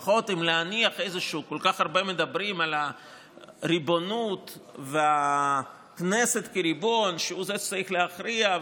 כל כך הרבה מדברים על הריבונות והכנסת כריבון שהוא שצריך להכריע,